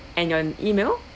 and your email